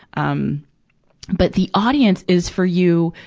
um but the audience is for you,